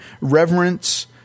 reverence